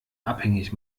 abhängig